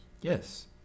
yes